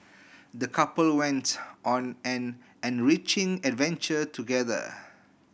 the couple went on an enriching adventure together